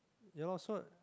ya lor so like